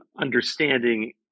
understanding